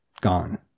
gone